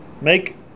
make